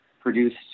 produced